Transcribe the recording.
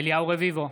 אליהו רביבו,